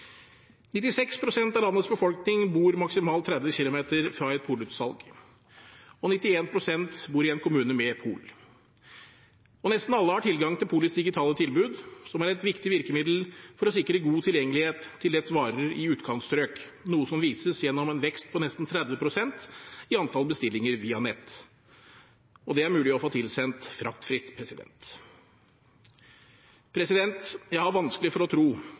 pst. av landets befolkning bor maksimalt 30 kilometer fra et polutsalg. 91 pst. bor i en kommune med pol. Nesten alle har tilgang til polets digitale tilbud, som er et viktig virkemiddel for å sikre utkantstrøk god tilgjengelighet til polets varer, noe som vises gjennom en vekst på nesten 30 pst. i antall bestillinger via nett. Det er mulig å få tilsendt fraktfritt. Jeg har vanskelig for å tro